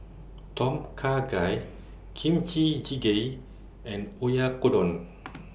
Tom Kha Gai Kimchi Jjigae and Oyakodon